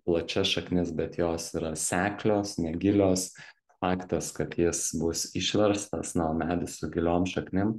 plačias šaknis bet jos yra seklios negilios faktas kad jis bus išverstas na o medis su giliom šaknim